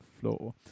floor